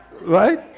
Right